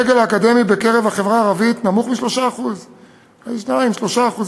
הסגל האקדמי בחברה הערבית נמוך מ-3% 2% 3%,